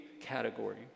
category